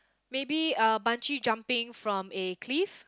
maybe uh bungee jumping from a cliff